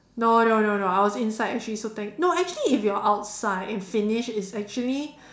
no no no no I was inside actually so thank no actually if you're outside and finish is actually